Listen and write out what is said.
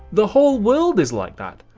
the whole world is like that!